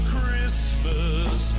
Christmas